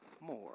more